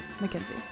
Mackenzie